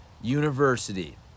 University